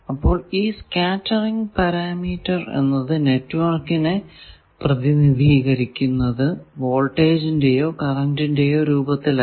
അപ്പോൾ ഈ scattering parameter നെറ്റ്വർക്കിനെ പ്രതിനിധീനിക്കരിക്കുന്നതു വോൾട്ടേജിന്റെയോ കറന്റിന്റെയോ രൂപത്തിലല്ല